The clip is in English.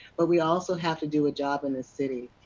but we also have to do a job in the city.